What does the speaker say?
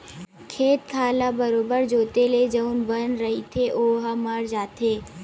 खेत खार ल बरोबर जोंते ले जउन बन रहिथे ओहा मर जाथे